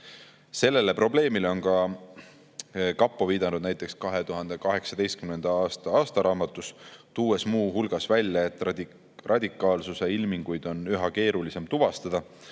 Sellele probleemile on ka kapo viidanud näiteks 2018. aasta aastaraamatus, tuues muu hulgas välja, et radikaalsuse ilminguid on üha keerulisem tuvastada,